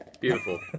Beautiful